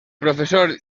professor